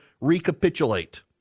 Recapitulate